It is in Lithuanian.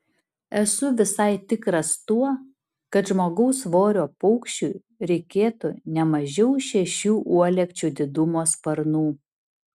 esu visai tikras tuo kad žmogaus svorio paukščiui reikėtų ne mažiau šešių uolekčių didumo sparnų